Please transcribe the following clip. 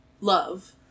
love